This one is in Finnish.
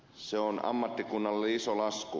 se on ammattikunnalle iso lasku